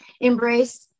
embrace